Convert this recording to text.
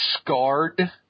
scarred